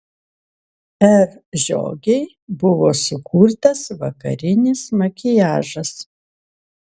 r žiogei buvo sukurtas vakarinis makiažas